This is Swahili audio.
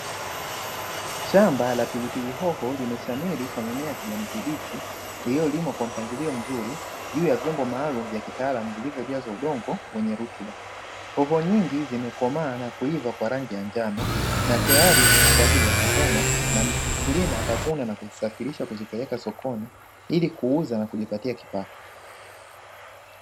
Shamba la pilipili hoho limeshamiri kwa mimea ya kijani kibichi lililolimwa kwa mpangilio mzuri juu ya vyombo maalumu vya kitaalamu vilivyojazwa udongo wenye rutuba, hoho nyingi zimekomaa na kuiva kwa rangi ya njano na tayari zipo kwa ajili ya kuvunwa na mkulima atavuna na kuzisafirisha kupeleka sokoni ili kuuza na kujipatia kipato.